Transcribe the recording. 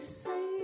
say